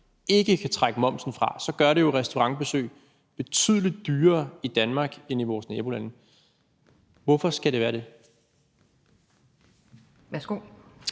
ikke kan trække momsen fra, så gør det jo restaurantbesøg betydelig dyrere i Danmark end i vores nabolande. Hvorfor skal det være det? Kl.